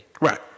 Right